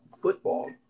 football